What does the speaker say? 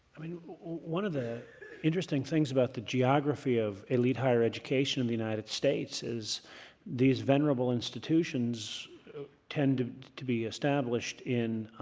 i mean one of the things about the geography of elite higher education in the united states is these venerable institutions tend to to be established in